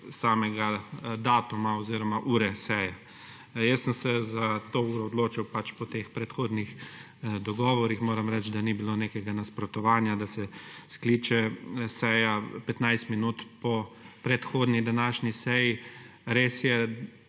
samega datuma oziroma ure. Jaz sem se za to uro odločil po teh predhodnih dogovorih. Moram reči, da ni bilo nekega nasprotovanja, da se seja skliče petnajst minut po predhodni današnji seji. Res je,